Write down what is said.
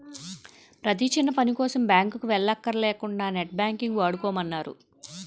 ప్రతీ చిన్నపనికోసం బాంకుకి వెల్లక్కర లేకుంటా నెట్ బాంకింగ్ వాడుకోమన్నారు